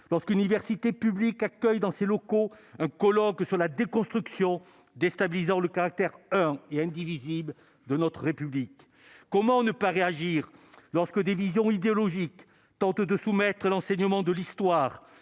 lorsqu'université publique accueille dans ses locaux un colloque sur la déconstruction déstabilisant le caractère un et indivisible de notre République, comment ne pas réagir lorsque des visions idéologiques tente de soumettre l'enseignement de l'histoire